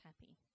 happy